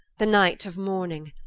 the night of mourning.